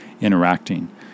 interacting